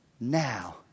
now